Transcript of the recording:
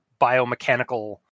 biomechanical